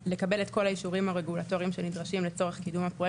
לקבל את כל האישורים הרגולטוריים שנדרשים לצורך קידום הפרויקט,